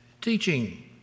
teaching